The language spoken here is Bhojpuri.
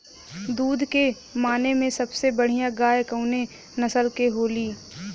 दुध के माने मे सबसे बढ़ियां गाय कवने नस्ल के होली?